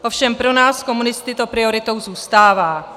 Ovšem pro nás komunisty to prioritou zůstává.